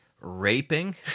raping